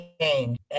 change